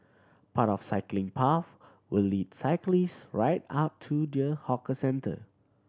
part of cycling path will lead cyclist right up to the hawker centre